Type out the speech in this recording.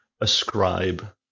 ascribe